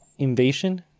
invasion